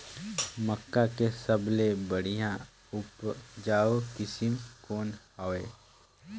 मक्का के सबले बढ़िया उपजाऊ किसम कौन हवय?